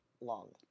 long